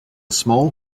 small